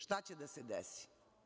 Šta će da se desi?